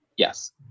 Yes